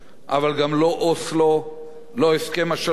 לא הסכם השלום עם ירדן ולא המאמצים